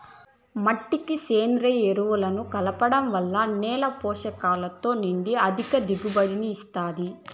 మట్టికి సేంద్రీయ ఎరువులను కలపడం వల్ల నేల పోషకాలతో నిండి అధిక దిగుబడిని ఇస్తాది